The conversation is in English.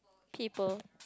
people